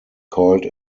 called